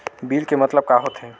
Bill के मतलब का होथे?